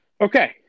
okay